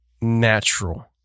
natural